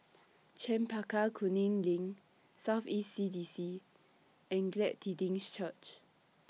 Chempaka Kuning LINK South East C D C and Glad Tidings Church